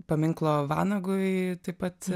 paminklo vanagui taip pat